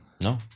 No